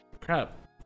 crap